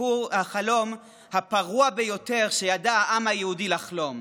החלום הפרוע ביותר שידע העם היהודי לחלום,